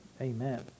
amen